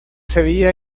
sevilla